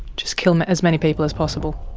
just kill ah as many people as possible?